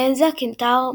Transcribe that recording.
פירנזה – קנטאור,